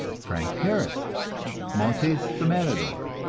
frank harris montes the matador.